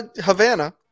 Havana